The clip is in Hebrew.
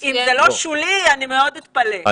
אם זה לא שולי אני מאוד אתפלא.